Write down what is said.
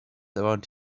around